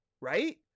right